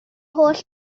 holl